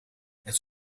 het